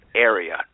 area